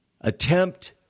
attempt